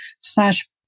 slash